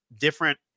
different